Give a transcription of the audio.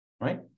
Right